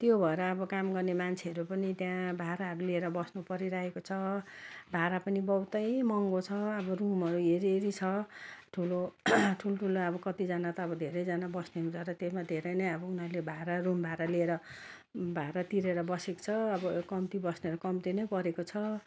त्यो भएर अब काम गर्ने मान्छेहरू पनि त्यहाँ भाडाहरू लिएर बस्नु परिरहेको छ भाडा पनि बहुतै महँगो छ अब रुमहरू हेरी हेरी छ ठुलो ठुल्ठुलो अब कतिजना त अब धेरैजना बस्ने हुँदा त त्यसमा धेरै नै अब उनीहरूले भाडा रुम भाडा लिएर भाडा तिरेर बसेको छ अब कम्ती बस्ने कम्ती नै परेको छ